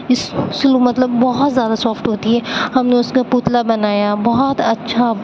اسنو مطلب بہت زیادہ سافٹ ہوتی ہے ہم نے اس کا پتلا بنایا بہت اچھا